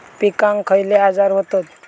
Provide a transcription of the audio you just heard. पिकांक खयले आजार व्हतत?